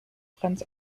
franz